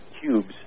cubes